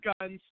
guns